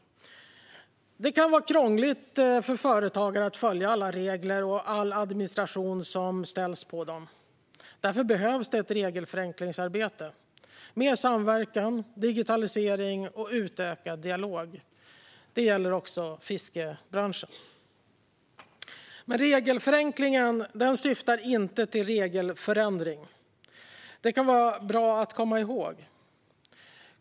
Det kan vara krångligt för företagare att följa alla regler och klara all administration de ställs inför. Därför behövs regelförenklingsarbete, mer samverkan, digitalisering och utökad dialog. Detta gäller också fiskebranschen. Regelförenklingen syftar dock inte till regelförändring. Det kan vara bra att komma ihåg.